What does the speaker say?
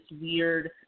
weird